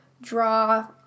draw